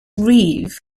reeve